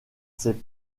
ses